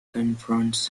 confronts